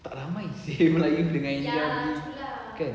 tak ramai seh melayu dengan india beli kan